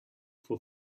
for